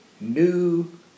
new